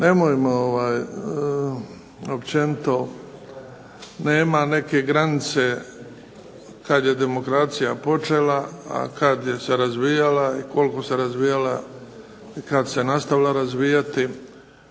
nemojmo općenito nema neke granice kad je demokracija počela, a kad se je razvijala i koliko se razvijala i kad se nastavila razvijati.